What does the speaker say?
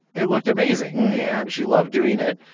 it looked amazing and she loved doing it.